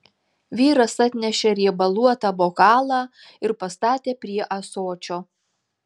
vyras atnešė riebaluotą bokalą ir pastatė prie ąsočio